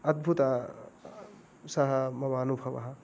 अद्भुतः सः मम अनुभवः